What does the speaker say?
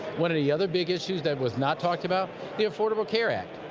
one of the other big issues that was not talked about the affordable care act.